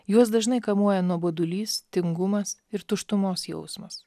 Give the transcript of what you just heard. juos dažnai kamuoja nuobodulys tingumas ir tuštumos jausmas